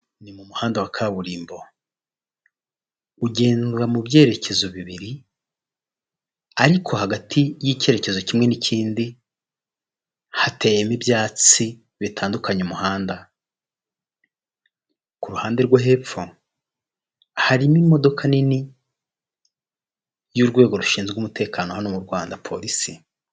Ni mu muhanda wa kaburimbo, ugendwa mu byerekezo bibiri, ariko hagati y'icyerekezo kimwe n'ikindi hateyemo ibyatsi bitandukanya umuhanda, ku ruhande rwo hepfo hari imodoka nini y'urwego rushinzwe umutekano hano mu Rwanda polisi.